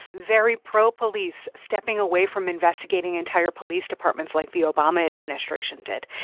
very pro-police, stepping away from investigating entire police departments like the obama administration did,